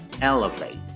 elevate